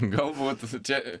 galbūt čia